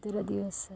ತಿರ ದಿವಸ